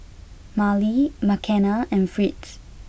Mallie Makenna and Fritz